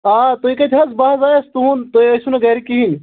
آ تُہۍ کَتہِ حظ بہٕ حظ آیَس تُہُنٛد تُہۍ ٲسۍوٕ نہٕ گَرِ کِہیٖنۍ